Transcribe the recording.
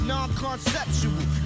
Non-conceptual